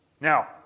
Now